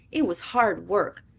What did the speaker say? it was hard work,